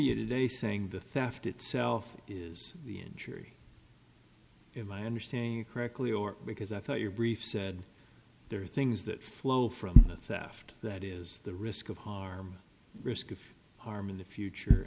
you today saying the theft itself is the injury if i understand you correctly or because i thought your brief said there are things that flow from a theft that is the risk of harm risk of harm in the future